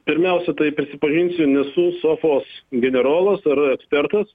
pirmiausia tai prisipažinsiu nesu sofos generolas ar ekspertas